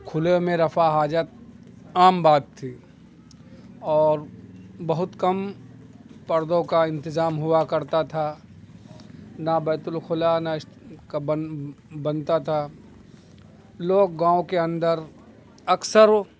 کھلے میں رفع حاجت عام بات تھی اور بہت کم پردوں کا انتظام ہوا کرتا تھا نہ بیت الخلا نہ بنتا تھا لوگ گاؤں کے اندر اکثر